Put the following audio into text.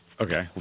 Okay